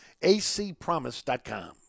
acpromise.com